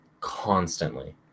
constantly